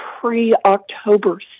pre-October